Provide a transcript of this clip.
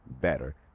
better